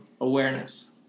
awareness